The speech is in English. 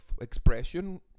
expression